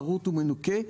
מרוט ומנוקה,